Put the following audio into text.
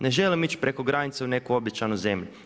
Ne želim ići preko granice u neku obećanu zemlju.